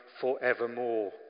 forevermore